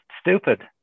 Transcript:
stupid